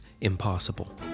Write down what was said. impossible